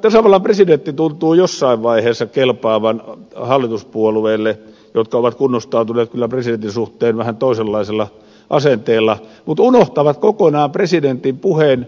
tasavallan presidentti tuntuu jossain vaiheessa kelpaavan hallituspuolueille jotka ovat kunnostautuneet kyllä presidentin suhteen vähän toisenlaisella asenteella mutta unohtavat kokonaan presidentin puheen